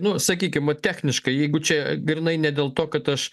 nu sakykim va techniškai jeigu čia grynai ne dėl to kad aš